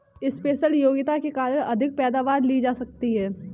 special योग्यता के कारण अधिक पैदावार ली जा सकती है